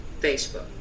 Facebook